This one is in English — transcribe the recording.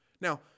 Now